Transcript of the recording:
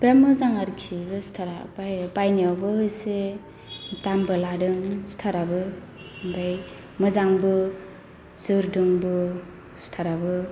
बिराथ मोजां आरोखि बे सुइथारा बाय बायनायावबो एसे दामबो लादों सुइथाराबो आमफ्राय मोजांबो जोरदोंबो सुइथाराबो